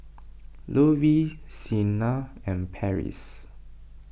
Lovey Siena and Parrish